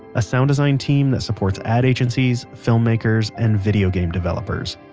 a sound design team that supports ad agencies, filmmakers, and video game developers.